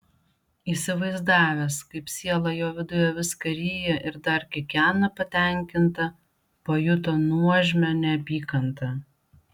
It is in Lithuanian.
įsivaizdavęs kaip siela jo viduje viską ryja ir dar kikena patenkinta pajuto nuožmią neapykantą